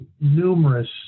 numerous